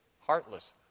heartless